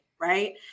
right